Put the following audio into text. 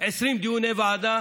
20 דיוני ועדה